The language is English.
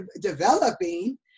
developing